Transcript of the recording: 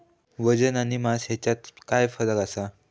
वजन आणि मास हेच्यात फरक काय आसा?